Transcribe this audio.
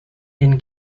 inn